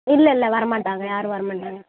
இல்லை இல்லை வர மாட்டாங்க யாரும் வர மாட்டாங்க